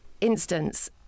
instance